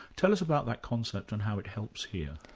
tell us about that concept and how it helps here.